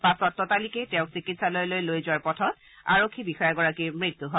পাছত ততালিকে তেওঁক চিকিৎসালয়লৈ লৈ যোৱাৰ পথত আৰক্ষী বিষয়াগৰাকীৰ মৃত্যু হয়